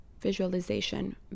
visualization